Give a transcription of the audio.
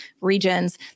regions